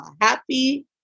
Happy